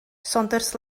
saunders